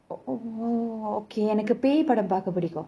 oh okay எனக்கு பேய் படம் பாக்க பிடிக்கும்:enaku pei padam paaka pidikum